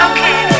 Okay